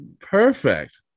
Perfect